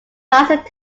licensed